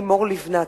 היתה לימור לבנת,